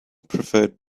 preferred